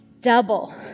double